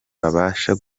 bashya